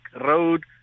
road